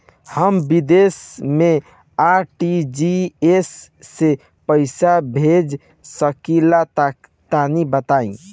हम विदेस मे आर.टी.जी.एस से पईसा भेज सकिला तनि बताई?